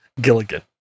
Gilligan